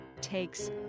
takes